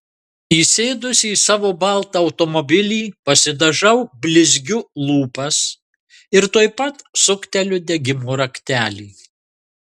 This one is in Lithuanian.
įsėdusi į savo baltą automobilį pasidažau blizgiu lūpas ir tuoj pat sukteliu degimo raktelį